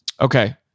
Okay